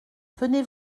venez